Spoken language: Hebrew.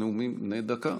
נאומים בני דקה.